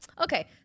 Okay